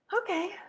okay